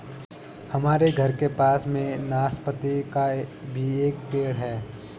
हमारे घर के पास में नाशपती का भी एक पेड़ है